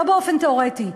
לא באופן תיאורטי.